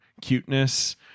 cuteness